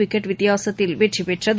wicket வித்தியாசத்தில் வெற்றி பெற்றது